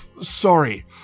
sorry